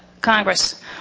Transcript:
Congress